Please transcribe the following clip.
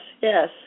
yes